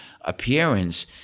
appearance